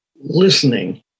listening